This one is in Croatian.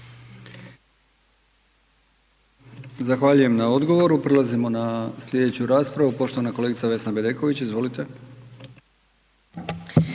Zahvaljujem na odgovoru. Prelazimo na slijedeću raspravu, poštovana kolegica Vesna Bedeković, izvolite.